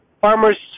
farmers